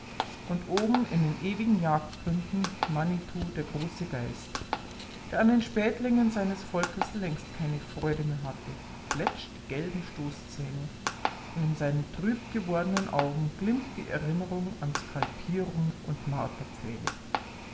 und oben in den ewigen jagdgründen manitu der große geist der an den spätlingen seines volkes längst keine freude mehr hatte fletscht die gelben stoßzähne und in seinen trübgewordenen augen glimmt die erinnerung an skalpierung und